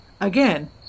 again